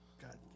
God